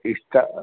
इसका